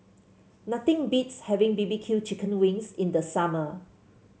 nothing beats having B B Q Chicken Wings in the summer